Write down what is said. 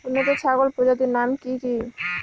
উন্নত ছাগল প্রজাতির নাম কি কি?